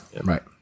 right